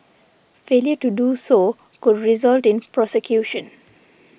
failure to do so could result in prosecution